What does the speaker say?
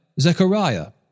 Zechariah